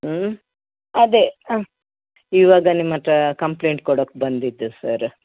ಹ್ಞೂ ಅದೇ ಹಾಂ ಇವಾಗ ನಿಮ್ಮ ಹತ್ರ ಕಂಪ್ಲೇಂಟ್ ಕೊಡೋಕೆ ಬಂದಿದ್ದು ಸರ್